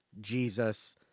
Jesus